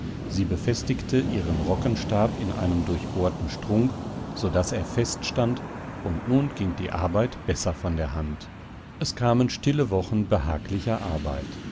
sie befestigte ihren rockenstab in einem durchbohrten strunk so daß er feststand und nun ging die arbeit besser von der hand es kamen stille wochen behaglicher arbeit